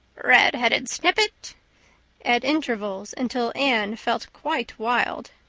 redheaded snippet at intervals until anne felt quite wild.